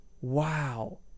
Wow